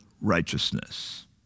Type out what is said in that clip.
righteousness